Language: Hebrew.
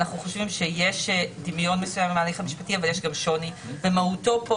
אנחנו חושבים שיש דמיון מסוים להליך המשפטי אבל יש גם שוני במהותו כאן,